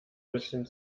bisschen